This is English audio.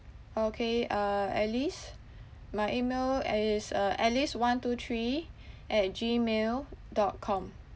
okay uh alice my email is uh alice one two three at gmail dot com